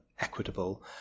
equitable